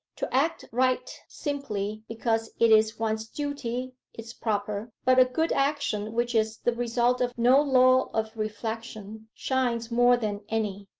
to act right simply because it is one's duty is proper but a good action which is the result of no law of reflection shines more than any.